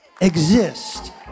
exist